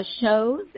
shows